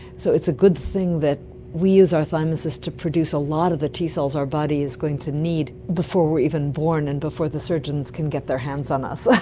so it's a good thing that we use our thymuses to produce a lot of the t cells our body is going to need before we are even born and before the surgeons can get their hands on us. like